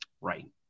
right